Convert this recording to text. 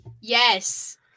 Yes